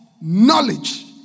knowledge